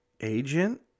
agent